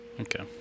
Okay